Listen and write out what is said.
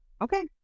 Okay